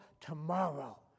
tomorrow